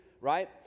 right